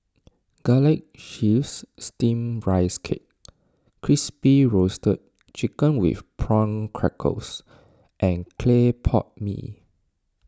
Garlic Chives Steamed Rice Cake Crispy Roasted Chicken with Prawn Crackers and Clay Pot Mee